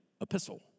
epistle